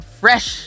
fresh